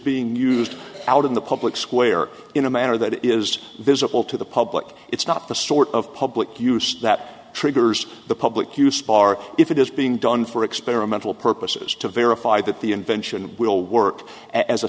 being used out in the public square in a manner that is visible to the public it's not the sort of public use that triggers the public use bar if it is being done for experimental purposes to verify that the invention will work as a